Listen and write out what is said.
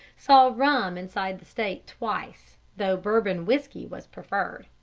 saw rum inside the state twice, though bourbon whiskey was preferred.